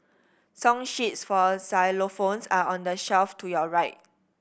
song sheets for xylophones are on the shelf to your right